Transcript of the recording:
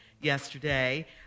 yesterday